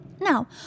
Now